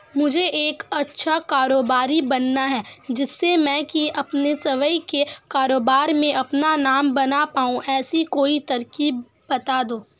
मुझे एक अच्छा कारोबारी बनना है जिससे कि मैं अपना स्वयं के कारोबार में अपना नाम बना पाऊं ऐसी कोई तरकीब पता दो?